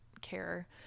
care